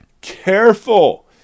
careful